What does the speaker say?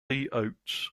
oates